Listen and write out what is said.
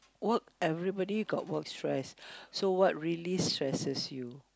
work everybody got work stress so what really stresses you